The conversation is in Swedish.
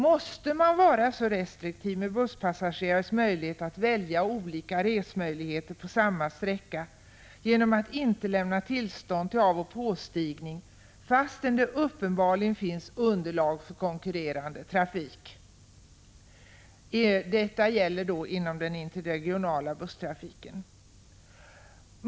Måste man vara så restriktiv med busspassagerarnas möjlighet att välja olika resmöjligheter på samma sträcka genom att inte lämna tillstånd till avoch påstigning fastän det uppenbarligen finns underlag för konkurrerande trafik? Detta gäller inom den interregionala busstrafiken.